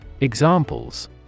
Examples